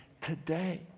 today